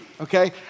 okay